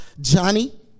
Johnny